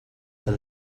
that